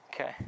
Okay